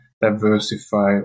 diversify